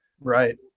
right